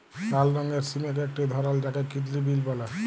লাল রঙের সিমের একটি ধরল যাকে কিডলি বিল বল্যে